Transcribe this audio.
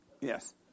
Yes